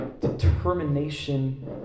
determination